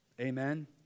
Amen